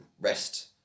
rest